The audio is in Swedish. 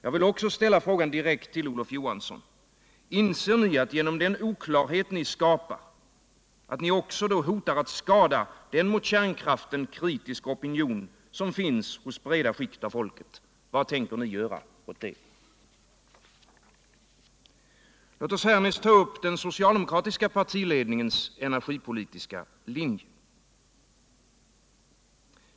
Jag vill också ställa frågan direkt till Olof Johansson: Inser ni att ni genom den oklarhet ni skapar också hotar att skada den mot kärnkraften kritiska opinion som finns hos breda skikt inom folket? Vad tänker ni göra åt det? Låt oss härnäst tå upp den socialdemokratiska partiledningens energipolitiska linje.